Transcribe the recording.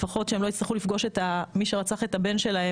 שהן לא יצטרכו לפגוש את מי שרצח את הבן שלהן